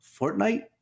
fortnite